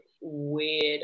weird